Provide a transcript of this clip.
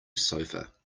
sofa